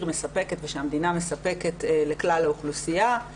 מספקת ושהמדינה מספקת לכלל האוכלוסייה.